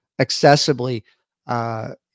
accessibly